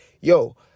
yo